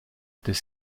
des